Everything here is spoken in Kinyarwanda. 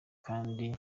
kandi